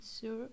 sure